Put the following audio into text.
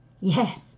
Yes